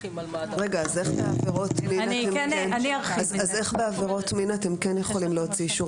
איך בעבירות מין אתם כן יכולים להוציא אישור